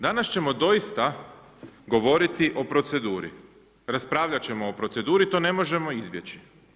Danas ćemo doista govoriti o proceduri, raspravljat ćemo o proceduri, to ne možemo izbjeći.